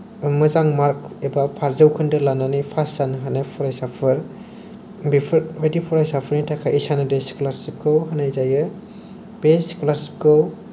मोजां मार्क एबा फारजौखोन्दो लानानै पास जानो हानाय फरायसाफोर बेफोरबायदि फरायसाफोरनि थाखाय ईशान उदय स्कलारशिपखौ होनाय जायो बे स्कलारशिपखौ